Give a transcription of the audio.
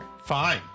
Fine